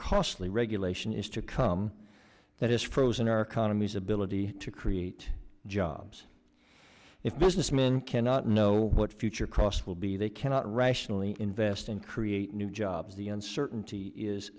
costly regulation is to come that is frozen our economy's ability to create jobs if business men cannot know what future costs will be they cannot rationally invest and create new jobs the uncertainty is